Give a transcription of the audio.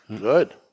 Good